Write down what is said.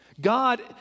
God